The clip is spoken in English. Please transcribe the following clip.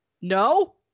no